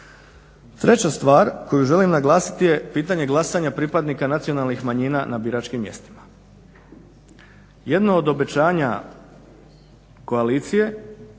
Treća stvar koju želim naglasiti je pitanje glasanja pripadnika nacionalnih manjina na biračkim mjestima. Jedno od obećanja koalicije